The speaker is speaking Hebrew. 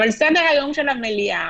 אבל סדר-היום של המליאה